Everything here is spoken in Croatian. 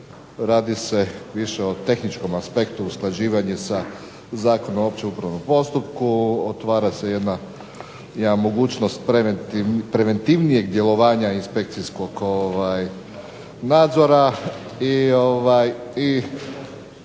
Radi se više o tehničkom aspektu usklađivanje sa Zakonom o općem upravnom postupku, otvara se jedna mogućnost preventivnijeg djelovanja inspekcijskog nadzora i